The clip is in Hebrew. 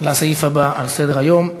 לסעיף הבא בסדר-היום: